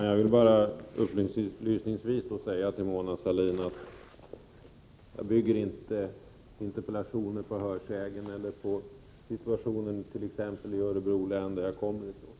Fru talman! Jag vill upplysningsvis bara säga till Mona Sahlin att jag inte bygger mina interpellationer på hörsägen eller på situationen t.ex. i Örebro län som jag kommer ifrån.